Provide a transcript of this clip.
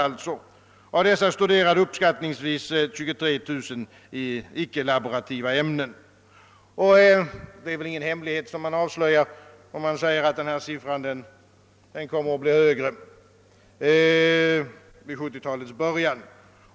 Av dessa studerade uppskattningsvis 23 000 icke-laborativa ämnen. Jag avslöjar väl ingen hemlighet om jag säger att siffran kommer att bli högre under 1970-talets början.